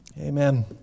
Amen